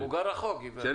כשאני